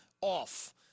off